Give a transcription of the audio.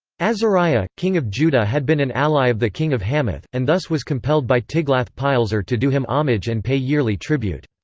azariah, king of judah had been an ally of the king of hamath, and thus was compelled by tiglath-pileser to do him homage and pay yearly tribute.